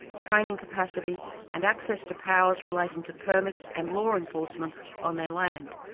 training capacity and access to powers relating to permits and law enforcement on their land.